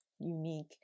unique